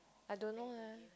I don't know leh